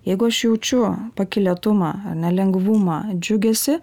jeigu aš jaučiu pakylėtumą ane lengvumą džiugesį